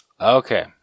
Okay